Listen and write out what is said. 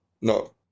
No